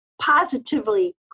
positively